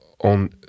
on